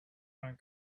one